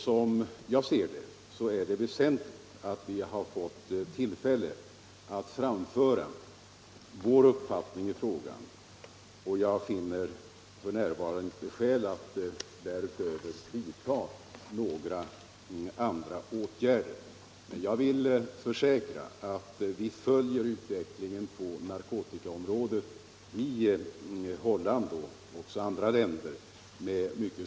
Som jag ser det är det väsentligt att vi har fått möjlighet att framföra vår uppfattning i narkotikafrågan, och jag finner f. n. inte skäl att därutöver vidta några åtgärder. Men jag kan försäkra att vi i regeringen med mycket stor uppmärksamhet följer utvecklingen på narkotikaområdet i Holland och i andra länder.